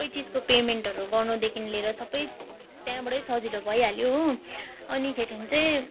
सब चिजको पेमेन्टहरू गर्नुदेखि लिएर सब त्यहाँबाट सजिलो भइहाल्यो हो अनिखेरि चाहिँ